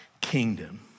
kingdom